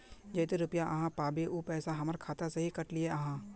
जयते रुपया आहाँ पाबे है उ पैसा हमर खाता से हि काट लिये आहाँ?